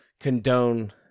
condone